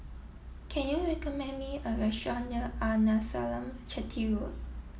can you recommend me a restaurant near Arnasalam Chetty Road